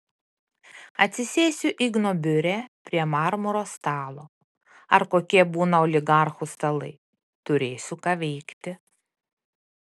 atsisėsiu igno biure prie marmuro stalo ar kokie būna oligarchų stalai turėsiu ką veikti